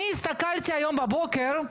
אני הסתכלתי היום בבוקר על